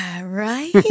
right